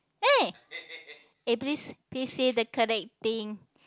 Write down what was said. !eh! eh please please say the correct thing